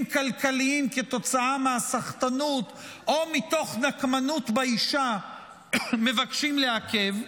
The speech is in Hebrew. כלכליים כתוצאה מהסחטנות או מתוך נקמנות באישה מבקש לעכב.